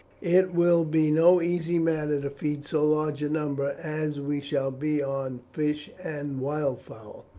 it will be no easy matter to feed so large a number as we shall be on fish and wildfowl.